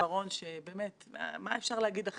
באופן חריג מאוד מליאת הכנסת לא